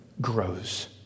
grows